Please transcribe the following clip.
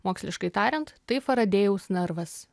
moksliškai tariant tai faradėjaus narvas